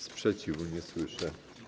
Sprzeciwu nie słyszę.